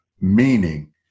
Meaning